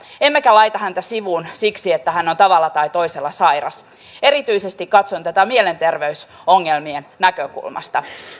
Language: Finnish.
emmekä laita häntä sivuun siksi että hän on tavalla tai toisella sairas erityisesti katson tätä mielenterveysongelmien näkökulmasta